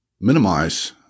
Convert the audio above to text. minimize